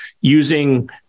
using